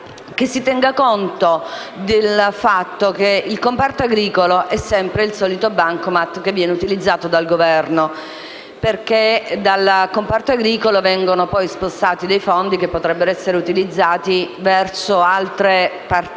che si tenga conto del fatto che il comparto agricolo è sempre il solito bancomat utilizzato dal Governo. Dal comparto agricolo, infatti, vengono poi spostati dei fondi che potrebbero essere utilizzati per altre partite